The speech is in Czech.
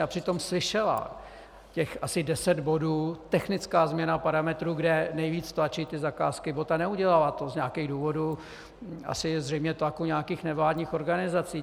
A přitom slyšela těch asi deset bodů technická změna parametrů, kde nejvíc tlačí ty zakázky bota, neudělala to z nějakých důvodů, asi zřejmě tlaků nějakých nevládních organizací.